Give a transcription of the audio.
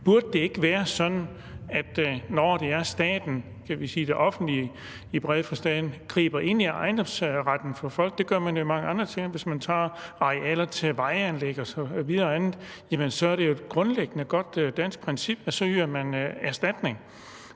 synes er kritisabelt. Når det er staten, dvs. det offentlige i bred forstand, der griber ind i ejendomsretten over for folk – det gør man mange andre steder, hvis man tager arealer til vejanlæg osv. – så er det jo et grundlæggende godt dansk princip, at så yder man erstatning.